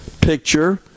picture